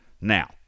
now